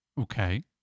Okay